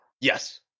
Yes